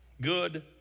good